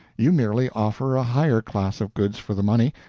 you merely offer a higher class of goods for the money,